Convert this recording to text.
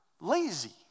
lazy